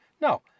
No